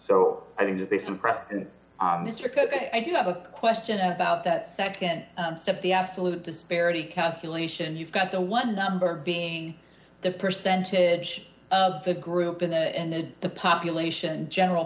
so i think that they some pressed and mr cook i do have a question about that nd step the absolute disparity calculation you've got the one number being the percentage of the group in the end of the population general